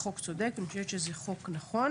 אני חושבת שזה חוק צודק, אני חושבת שזה חוק נכון.